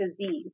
disease